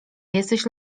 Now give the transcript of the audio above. jesteś